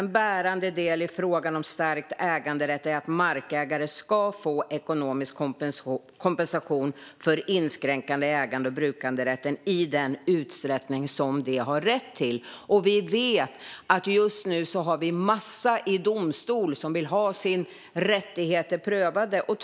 En bärande del i frågan om stärkt äganderätt är att markägare ska få ekonomisk kompensation för inskränkningar i ägande och brukanderätten i den utsträckning som de har rätt till." Vi vet också att det just nu är en massa som vill ha sina rättigheter prövade i domstol.